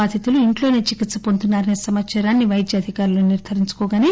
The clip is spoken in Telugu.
బాధితుడు ఇంట్లోనే చికిత్ప పొందుతున్నా రనే సమాచారాన్ని పైద్యాధికారులు నిర్దారించుకోగాసే